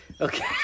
Okay